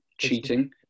cheating